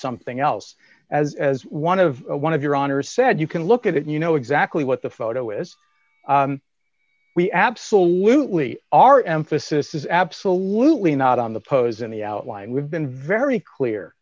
something else as as one of one of your honor's said you can look at it you know exactly what the photo is we absolutely our emphasis is absolutely not on the pose in the outline we've been very clear